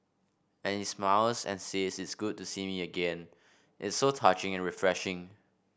and he smiles and says it's good to see me again it's so touching and refreshing